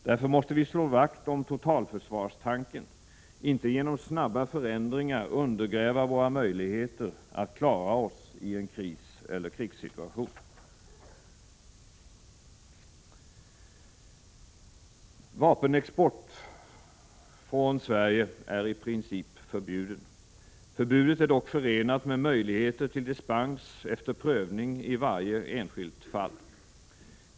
Därför måste vi slå vakt om totalförsvarstanken och inte genom snabba förändringar undergräva våra möjligheter att klara oss i en kriseller krigssituation. Vapenexport från Sverige är i princip förbjuden. Förbudet är dock förenat med möjligheter till dispens efter prövning i varje enskilt fall.